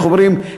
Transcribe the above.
איך אומרים,